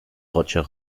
roger